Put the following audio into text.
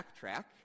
backtrack